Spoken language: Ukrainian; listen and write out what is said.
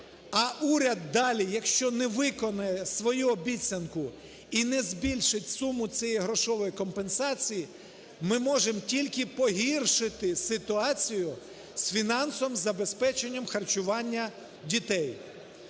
а уряд далі, якщо не виконає свою обіцянку і не збільшить суму цієї грошової компенсації, ми можемо тільки погіршити ситуацію з фінансовим забезпеченням харчуванням дітей.